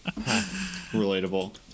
Relatable